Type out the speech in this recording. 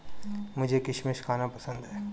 मुझें किशमिश खाना पसंद है